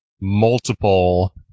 multiple